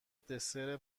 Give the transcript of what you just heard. دسر